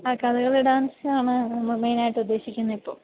ആഹ് Kathakali dance ആണ് നമ്മൾ main ആയിട്ട് ഉദ്ദേശിക്കുന്നത് ഇപ്പോൾ